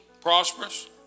prosperous